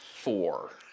Four